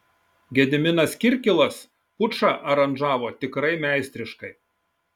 gediminas kirkilas pučą aranžavo tikrai meistriškai